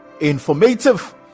informative